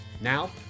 Now